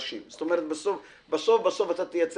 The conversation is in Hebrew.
את היושרה